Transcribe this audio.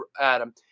Adam